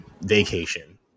vacation